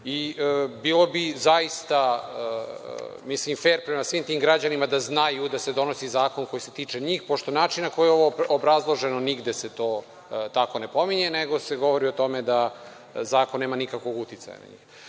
Bilo bi zaista fer prema svim tim građanima da znaju da se donosi zakon koji se tiče njih, pošto način na koji je ovo obrazloženo nigde se to tako ne pominje, nego se govori o tome da zakon nema nikakvog uticaja. Što